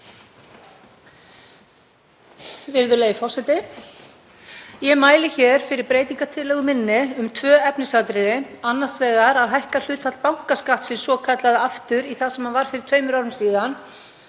Ég mæli hér fyrir breytingartillögu minni um tvö efnisatriði, annars vegar að hækka hlutfall bankaskattsins svokallaða aftur í það sem hann var fyrir tveimur árum og